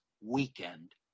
Weekend